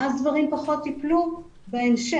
ואז דברים פחות יפלו בהמשך.